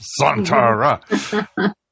Santara